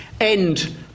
end